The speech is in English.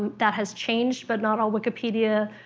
that has changed, but not all wikipedia